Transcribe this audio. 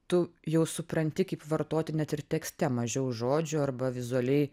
tu jau supranti kaip vartoti net ir tekste mažiau žodžių arba vizualiai